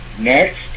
Next